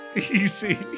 ...easy